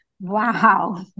Wow